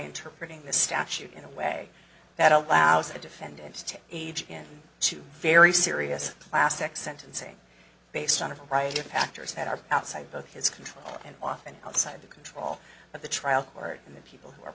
interpreting the statute in a way that allows a defendant to age in to very serious classic sentencing based on a variety of patterns had are outside both his control and often outside the control of the trial court and the people who are